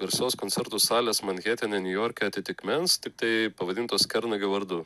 garsios koncertų salės manhetene niujorke atitikmens tiktai pavadintos kernagio vardu